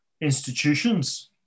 institutions